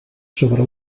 sobre